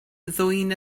ddwyn